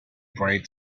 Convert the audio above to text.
bright